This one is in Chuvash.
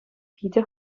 питӗ